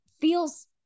feels